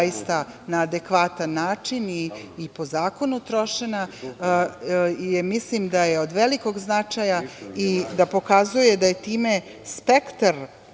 na adekvatan način i po zakonu trošene. Mislim da je od velikog značaja i da pokazuje da se spektar